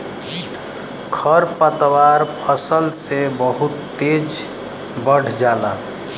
खरपतवार फसल से बहुत तेज बढ़ जाला